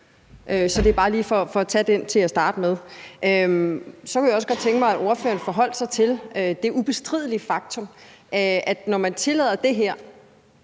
Så det er bare lige for at tage det til at starte med. Så kunne jeg også godt tænke mig, at ordføreren forholdt sig til det ubestridelige faktum, at når man tillader det her,